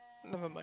never mind